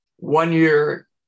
One-year